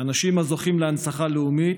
האנשים הזוכים להנצחה לאומית,